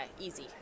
Easy